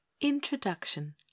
introduction